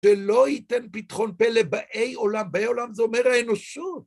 שלא ייתן פתחון פלא לבאי עולם. באי עולם זה אומר האנושות.